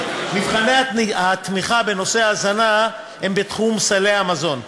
מבחני התמיכה בנושא ההזנה הם בתחום סלי המזון,